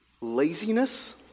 laziness